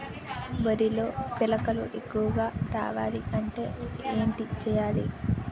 వరిలో పిలకలు ఎక్కువుగా రావాలి అంటే ఏంటి చేయాలి?